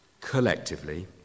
collectively